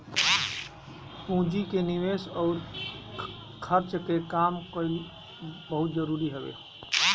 पूंजी के निवेस अउर खर्च के काम कईल बहुते जरुरी हवे